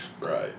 right